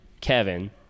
Kevin